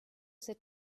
sit